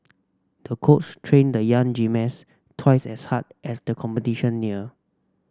the coach trained the young gymnast twice as hard as the competition near